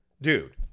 dude